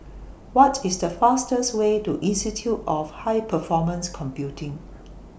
What IS The fastest Way to Institute of High Performance Computing